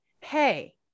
hey